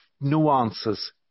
nuances